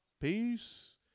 Peace